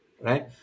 right